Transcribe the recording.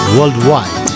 Worldwide